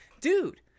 dude